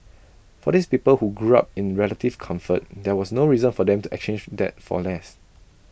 for these people who grew up in relative comfort there was no reason for them to exchange for that for less